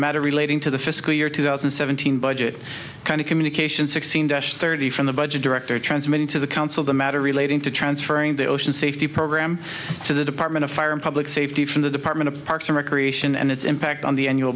matter relating to the fiscal year two thousand and seventeen budget kind of communication sixteen dash thirty from the budget director transmitted to the council the matter relating to transferring the ocean safety program to the department of fire and public safety from the department of parks and recreation and its impact on the